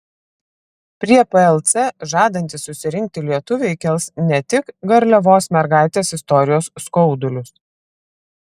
prie plc žadantys susirinkti lietuviai kels ne tik garliavos mergaitės istorijos skaudulius